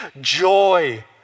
joy